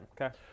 okay